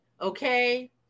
okay